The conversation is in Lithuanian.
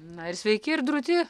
na ir sveiki ir drūti